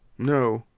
no.